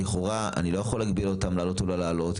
לכאורה אני לא יכול להגביל אותם להעלות או לא להעלות,